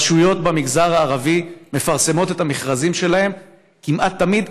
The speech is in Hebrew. הרשויות במגזר הערבי מפרסמות את המכרזים שלהן כמעט תמיד